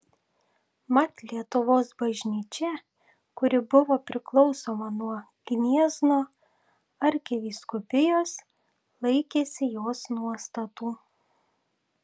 mat lietuvos bažnyčia kuri buvo priklausoma nuo gniezno arkivyskupijos laikėsi jos nuostatų